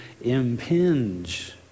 impinge